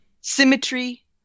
Symmetry